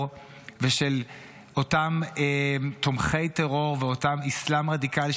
ושל אותם תומכי טרור ואותו אסלאם רדיקלי,